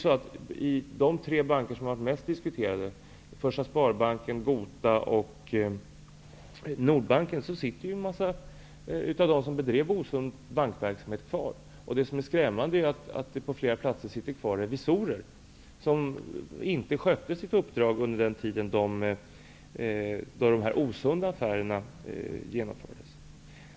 I de tre banker som man framför allt har diskuterat -- Första Sparbanken, Gota Bank och Nordbanken -- sitter ju flera av dem som bedrev osund bankverksamhet kvar. Det som är skrämmande är att det på flera platser sitter kvar revisorer som inte skötte sitt uppdrag under den tid då de osunda affärerna genomfördes.